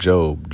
Job